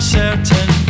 certain